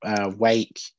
wake